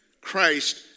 Christ